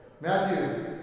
Matthew